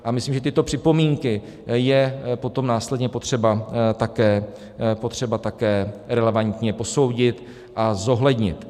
A myslím, že tyto připomínky je potom následně potřeba také relevantně posoudit a zohlednit.